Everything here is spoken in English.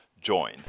join